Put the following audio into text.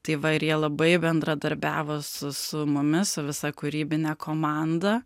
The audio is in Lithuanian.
tai va ir jie labai bendradarbiavo su su mumis su visa kūrybine komanda